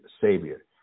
Savior